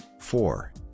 four